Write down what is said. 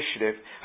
initiative